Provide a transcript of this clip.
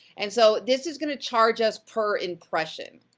and so, this is gonna charge us per impression.